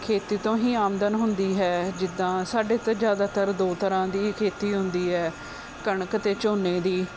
ਖੇਤੀ ਤੋਂ ਹੀ ਆਮਦਨ ਹੁੰਦੀ ਹੈ ਜਿੱਦਾਂ ਸਾਡੇ ਤਾਂ ਜ਼ਿਆਦਾਤਰ ਦੋ ਤਰ੍ਹਾਂ ਦੀ ਹੀ ਖੇਤੀ ਹੁੰਦੀ ਹੈ ਕਣਕ ਅਤੇ ਝੋਨੇ ਦੀ